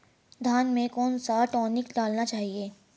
धान में कौन सा टॉनिक डालना चाहिए?